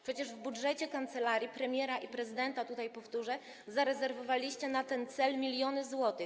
Przecież w budżecie kancelarii premiera i prezydenta, tutaj powtórzę, zarezerwowaliście na ten cel miliony złotych.